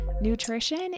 Nutrition